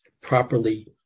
properly